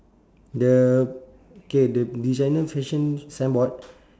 the K the designer fashion signboard